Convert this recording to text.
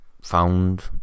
found